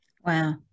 Wow